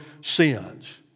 sins